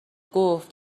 گفت